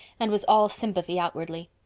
and was all sympathy outwardly.